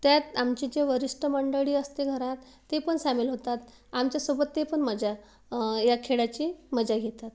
त्यात आमचे जे वरिष्ठ मंडळी असते घरात ते पण सामील होतात आमच्यासोबत ते पण मजा या खेळाची मजा घेतात